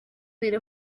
made